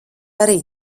arī